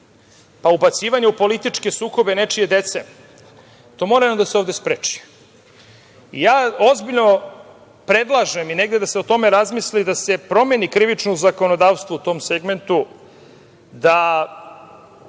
pa ubacivanje u političke sukobe nečije dece, to mora da se ovde jednom spreči. Ja ozbiljno predlažem, i negde da se o tome razmisli, da se promeni krivično zakonodavstvo u tom segmentu, da